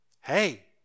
hey